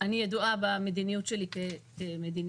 אני ידועה שהמדיניות שלי היא נחושה,